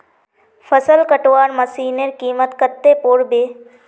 फसल कटवार मशीनेर कीमत कत्ते पोर बे